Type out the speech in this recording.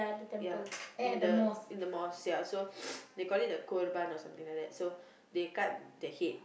ya in the in the mosque ya so they call it the korban or something like that so they cut the head